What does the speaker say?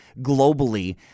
globally –